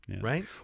right